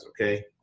okay